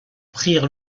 prirent